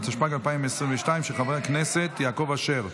התשפ"ג 2022, של חבר הכנסת יעקב אשר.